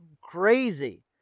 crazy